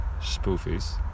spoofies